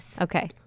okay